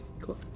Cool